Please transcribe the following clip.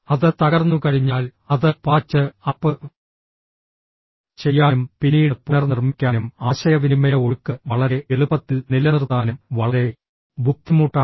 അത് തകർന്നുകഴിഞ്ഞാൽ അത് പാച്ച് അപ്പ് ചെയ്യാനും പിന്നീട് പുനർനിർമ്മിക്കാനും ആശയവിനിമയ ഒഴുക്ക് വളരെ എളുപ്പത്തിൽ നിലനിർത്താനും വളരെ ബുദ്ധിമുട്ടാണ്